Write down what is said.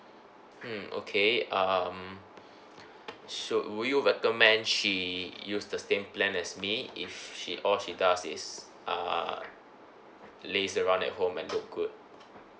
mm okay um should would you recommend she use the same plan as me if she all she does is uh laze around at home and look good